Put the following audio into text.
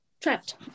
trapped